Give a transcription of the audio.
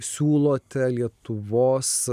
siūlote lietuvos